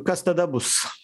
kas tada bus